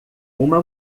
uma